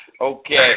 Okay